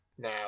Now